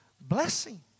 blessing